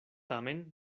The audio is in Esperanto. tamen